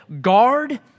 guard